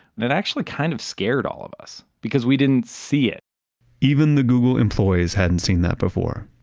and it actually kind of scared all of us because we didn't see it even the google employees hadn't seen that before.